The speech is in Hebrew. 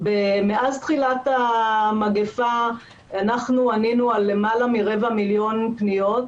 מאז תחילת המגפה אנחנו ענינו על למעלה מ-250,000 פניות,